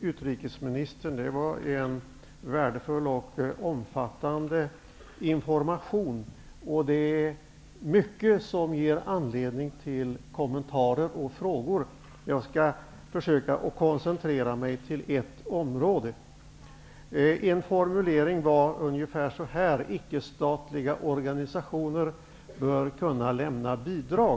utrikesministern. Det var en värdefull och omfattande information. Mycket ger anledning till kommentarer och frågor. Jag skall försöka koncentrera mig till ett område. En formulering var ungefär så här: Icke-statliga organisationer bör kunna lämna bidrag.